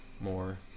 more